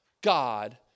God